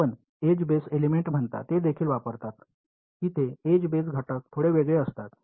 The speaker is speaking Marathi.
आपण एज बेस्ड एलिमेंट्स म्हणता ते देखील वापरतात तिथे एज बेस्ड घटक थोडे वेगळे असतात